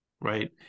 Right